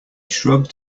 shrugged